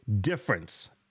difference